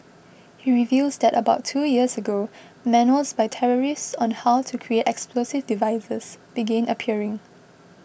he reveals that about two years ago manuals by terrorists on how to create explosive devices began appearing